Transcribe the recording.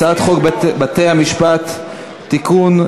הצעת חוק בתי-המשפט (תיקון,